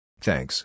Thanks